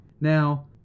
Now